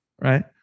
right